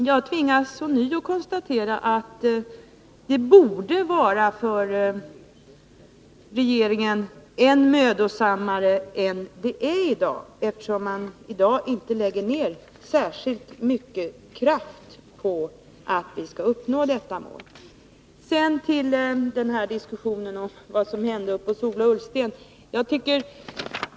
Jag tvingas ånyo konstatera att det för regeringen borde vara än mödosammare än det är i dag, eftersom man i dag inte lägger ned särskilt mycket kraft på att vi skall nå detta mål. Sedan till diskussionen om vad som hände uppe hos Ola Ullsten.